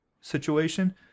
situation